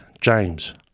James